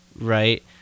right